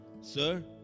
Sir